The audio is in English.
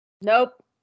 nope